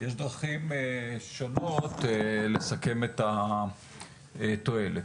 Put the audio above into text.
יש דרכים שונות לסכם את התועלת.